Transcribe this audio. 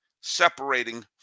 separating